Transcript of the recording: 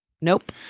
Nope